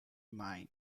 mine